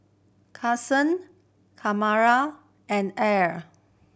Khalilah and Ala